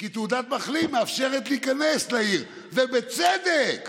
כי תעודת מחלים מאפשרת להיכנס לעיר, ובצדק.